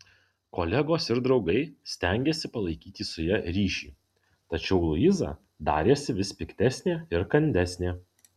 kolegos ir draugai stengėsi palaikyti su ja ryšį tačiau luiza darėsi vis piktesnė ir kandesnė